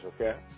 okay